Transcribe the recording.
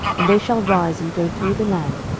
and they shall rise, and go through the land,